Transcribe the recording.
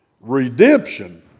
redemption